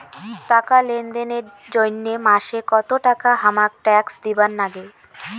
টাকা লেনদেন এর জইন্যে মাসে কত টাকা হামাক ট্যাক্স দিবার নাগে?